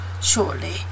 shortly